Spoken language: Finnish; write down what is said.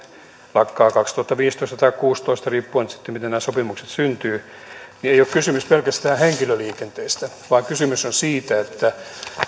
lakkaa kaksituhattaviisitoista tai kaksituhattakuusitoista riippuen siitä miten nämä sopimukset syntyvät niin ei ole kysymys pelkästään henkilöliikenteestä vaan kysymys on siitä että